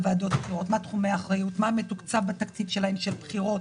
אנחנו עוברים לסעיף הבא בסדר היום: תקציב ועדת הבחירות